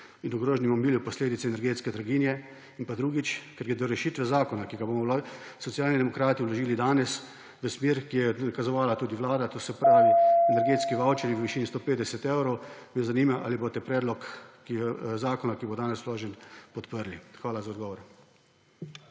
in ogroženim omilil posledice energetske draginje? In drugič, ker gredo rešitve zakona, ki ga bomo Socialni demokrati vložili danes, v smer, ki jo je nakazovala tudi Vlada, to se pravi energetski vavčerji v višini 150 evrov, me zanima: Ali boste predlog zakona, ki bo danes vložen, podprli? Hvala za odgovore.